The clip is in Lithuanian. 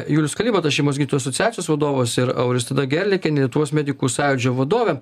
julius kalibatas šeimos gydytojų asociacijos vadovas ir auristida gerliakienė lietuvos medikų sąjūdžio vadovė